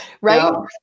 right